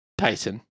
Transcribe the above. Tyson